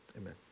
amen